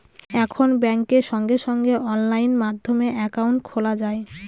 এখন ব্যাঙ্কে সঙ্গে সঙ্গে অনলাইন মাধ্যমে একাউন্ট খোলা যায়